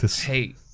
hey